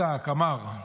לא צעק, אמר.